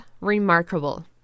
remarkable